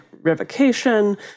revocation